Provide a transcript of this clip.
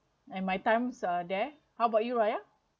and my times are there how about you raya